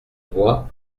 boit